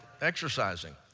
exercising